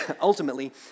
ultimately